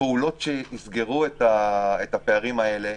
הפעולות שיסגרו את הפערים האלה